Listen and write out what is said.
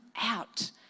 out